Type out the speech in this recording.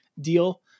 deal